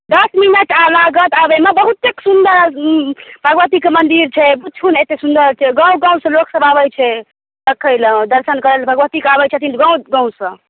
दस मिनट आ लागत आबैमे बहुतेक सुन्दर भगवतीके मन्दिर छै पुछू नहि एतेक सुन्दर छै गाम गामसँ लोकसभ आबै छै देखय लेल दर्शन करय लेल भगवतीके अबै छथिन गाम गामसँ